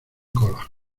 cola